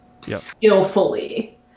skillfully